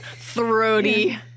throaty